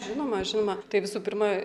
žinoma žinoma tai visų pirma